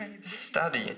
study